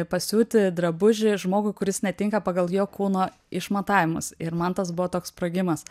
pasiūti drabužį žmogui kuris netinka pagal jo kūno išmatavimus ir man tas buvo toks sprogimas